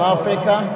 Africa